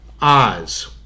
Oz